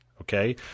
Okay